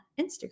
Instagram